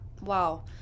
wow